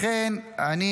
לכן אני